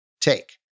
take